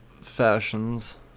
fashions